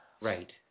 right